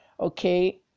okay